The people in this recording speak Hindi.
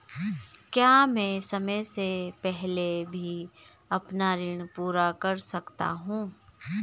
क्या मैं समय से पहले भी अपना ऋण पूरा कर सकता हूँ?